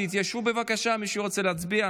תתיישבו, בבקשה, מי שרוצה להצביע.